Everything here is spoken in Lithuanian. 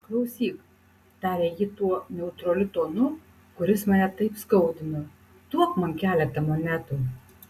klausyk tarė ji tuo neutraliu tonu kuris mane taip skaudino duok man keletą monetų